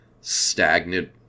stagnant